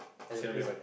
Seven-Eleven